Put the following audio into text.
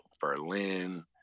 Berlin